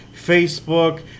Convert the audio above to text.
Facebook